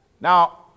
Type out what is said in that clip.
Now